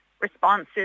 responses